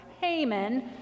Haman